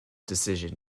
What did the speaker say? decision